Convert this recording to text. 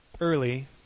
early